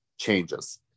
Changes